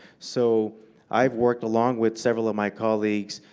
so i've worked, along with several of my colleagues,